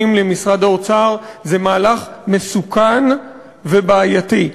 למשרד האוצר היא מהלך מסוכן ובעייתי.